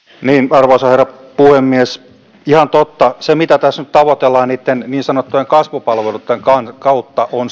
arvoisa herra puhemies ihan totta se mitä tässä nyt tavoitellaan niin sanottujen kasvupalveluitten kautta on